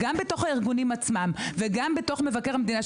גם בתוך הארגונים וגם בתוך מבקר המדינה.